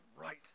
right